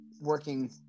working